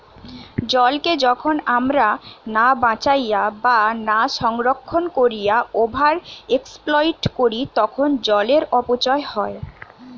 জলকে যখন আমরা না বাঁচাইয়া বা না সংরক্ষণ কোরিয়া ওভার এক্সপ্লইট করি তখন জলের অপচয় হয়